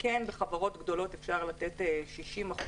בחברות גדולות אפשר לתת 60%,